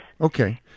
okay